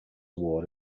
award